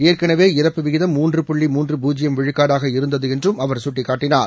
ஏற்கனவே இறப்பு விகிதம் மூன்று புள்ளி மூன்று பூஜ்ஜியம் விழுக்காடாக இருந்தது என்றும் அவர் சுட்டிக்காட்டினார்